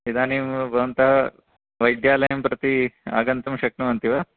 इदानीं भवन्तः वैद्यालयं प्रति आगन्तुं शक्नुवन्ति वा